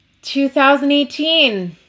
2018